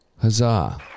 Huzzah